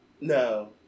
No